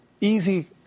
easy